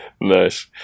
Nice